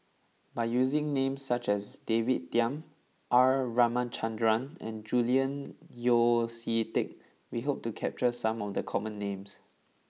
by using names such as David Tham R Ramachandran and Julian Yeo See Teck we hope to capture some of the common names